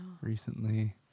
recently